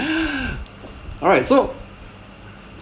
alright so